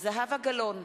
זהבה גלאון,